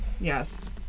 Yes